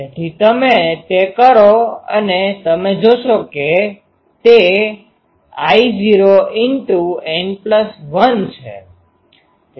તેથી તમે તે કરો અને તમે જોશો કે તે I૦N1 છે